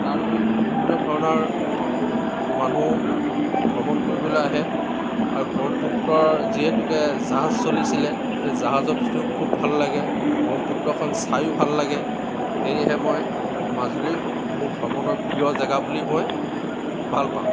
তালৈ বিভিন্ন ধৰণৰ মানুহ ভ্ৰমণ কৰিবলৈ আহে আৰু ব্ৰহ্মপুত্ৰ যিহেতুকে জাহাজ চলিছিলে সেই জাহাজত উঠিও খুব ভাল লাগে ব্ৰহ্মপুত্ৰখন চাইও ভাল লাগে সেইয়েহে মই মাজুলীক মোৰ ভ্ৰমণৰ প্ৰিয় জেগা বুলি মই ভাল পাওঁ